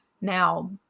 Now